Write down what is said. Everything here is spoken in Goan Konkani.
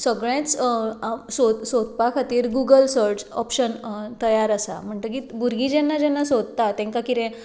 स सगलेंच सोदपा खातीर गुगल सर्च ओप्शन तयार आसा म्हणटकीत भुरगीं जेन्ना जेन्ना सोदतात तांकां कितें